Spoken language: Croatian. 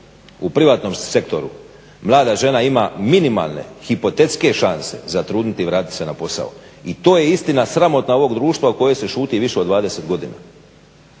U privatnom sektoru mlada žena ima minimalne hipotetske šanse zatrudnjeti i vratiti se na posao. I to je istina sramotna ovog društva o kojoj se šuti više od 20 godina.